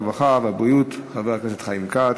הרווחה והבריאות חבר הכנסת חיים כץ.